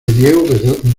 diego